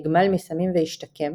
נגמל מסמים והשתקם